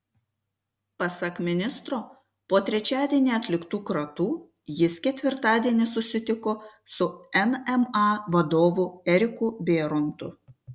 pasak ministro po trečiadienį atliktų kratų jis ketvirtadienį susitiko su nma vadovu eriku bėrontu